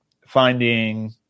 finding